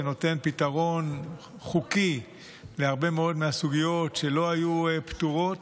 ונותן פתרון חוקי להרבה מאוד מהסוגיות שלא היו פתורות.